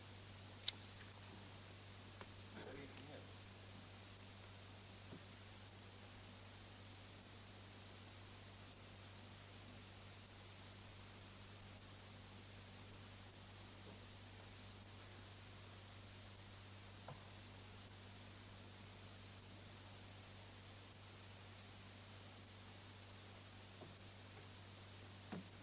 Tisdagen den